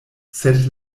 sed